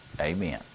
Amen